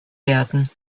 werden